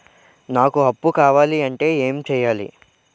నాకు అప్పు కావాలి అంటే ఎం చేయాలి?